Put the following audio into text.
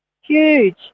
huge